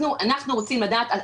אנחנו רוצים לדעת,